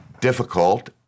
difficult